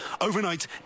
Overnight